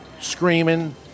screaming